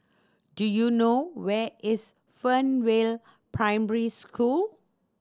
do you know where is Fernvale Primary School